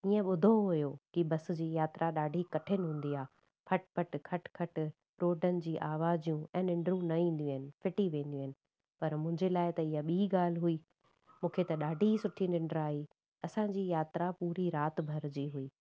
ईअं ॿुधो हुयो की बस जी यात्रा ॾाढी कठिन हूंदी आहे फ़टि फ़टि खटि खटि रोडनि जी आवाजूं ऐं निंड न इंदियूं आहिनि फिटी वेंदियूं आहिनि पर मुंहिंजे लाइ त इहा ॿी ॻाल्हि हुई मूंखे त ॾाढी ई सुठी निंड आई मूंखे त ॾाढी ई सुठी निंड आई असांजी यात्रा पूरी राति भर जी हुई